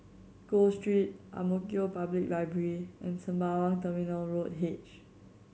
Gul Street Ang Mo Kio Public Library and Sembawang Terminal Road H